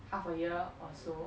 half a year or so